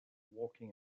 walking